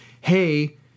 hey